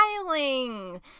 smiling